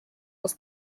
was